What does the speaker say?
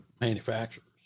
manufacturers